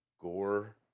gore